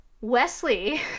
wesley